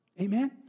Amen